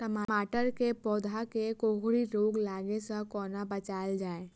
टमाटर केँ पौधा केँ कोकरी रोग लागै सऽ कोना बचाएल जाएँ?